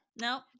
No